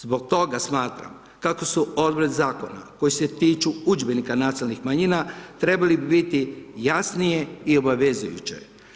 Zbog toga smatram kako su odredbe zakona koje se tiču udžbenika nacionalnih manjina trebali biti jasnije i obavezujuće.